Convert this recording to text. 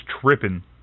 tripping